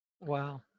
Wow